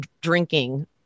drinking